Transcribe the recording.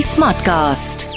Smartcast